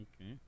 Okay